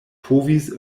povis